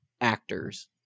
actors